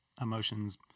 emotions